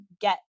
get